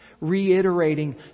reiterating